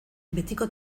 betiko